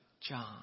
John